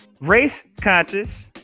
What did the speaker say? race-conscious